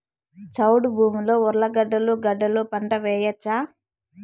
చౌడు భూమిలో ఉర్లగడ్డలు గడ్డలు పంట వేయచ్చా?